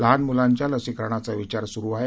लहान मुलांच्या लसीकरणाचा विचार सुरू आहे